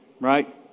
right